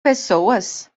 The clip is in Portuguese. pessoas